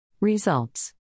Results